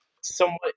somewhat